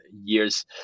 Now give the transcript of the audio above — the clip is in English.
years